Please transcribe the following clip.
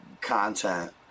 content